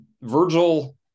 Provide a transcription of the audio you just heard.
Virgil